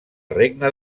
regne